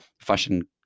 fashion